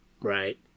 Right